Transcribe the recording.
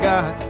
God